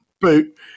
boot